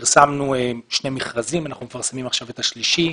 פרסמנו שני מכרזים ואנחנו מפרסמים עכשיו את השלישי.